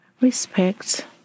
Respect